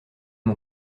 mon